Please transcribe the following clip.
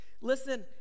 listen